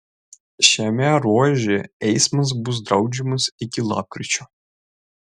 šiame ruože eismas bus draudžiamas iki lapkričio